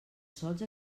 sols